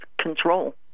control